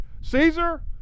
Caesar